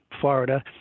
Florida